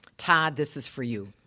todd, this is for you.